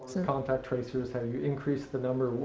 and well, contact tracers, have you increased the number? well,